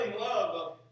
love